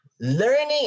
learning